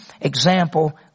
example